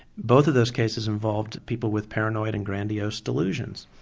both of those cases involved people with paranoid and grandiose delusions.